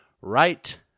right